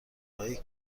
های